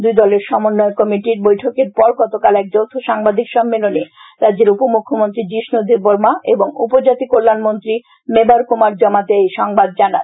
দুই দলের সমম্বয় কমিটির বৈঠকের পর গতকাল এক যৌথ সাংবাদিক সম্মেলনে রাজ্যের উপমুখ্যমন্ত্রী জীষ্ণু দেববর্মা এবং উপজাতি কল্যাণমন্ত্রী মেবার কুমার জমাতিয়া এই সংবাদ জানান